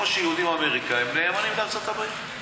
כמו שיהודים אמריקנים נאמנים לארצות-הברית.